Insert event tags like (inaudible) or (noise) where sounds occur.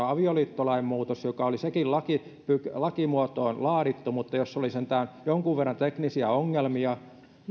(unintelligible) avioliittolain muutos joka oli sekin lakimuotoon laadittu mutta jossa oli sentään jonkun verran teknisiä ongelmia